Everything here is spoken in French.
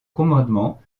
commandement